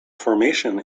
formation